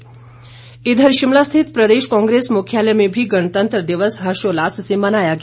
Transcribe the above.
अन्य समारोह इधर शिमला स्थित प्रदेश कांग्रेस मुख्यालय में भी गणतंत्र दिवस हर्षोल्लास से मनाया गया